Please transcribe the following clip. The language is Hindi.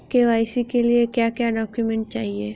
के.वाई.सी के लिए क्या क्या डॉक्यूमेंट चाहिए?